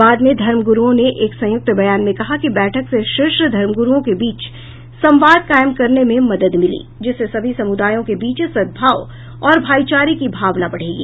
बाद में धर्म गुरूओं ने एक संयुक्त बयान में कहा कि बैठक से शीर्ष धर्म गुरूओं के बीच संवाद कायम करने में मदद मिली जिससे सभी समुदायों के बीच सद्भाव और भाईचारे की भावना बढ़ेगी